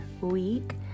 week